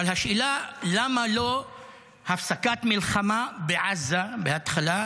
אבל השאלה: למה לא הפסקת מלחמה בעזה בהתחלה,